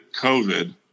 covid